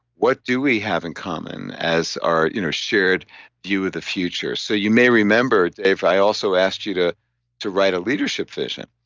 what do we have in common as our you know shared view of the future? so you may remember dave i also asked you to to write a leadership vision